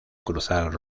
cruzar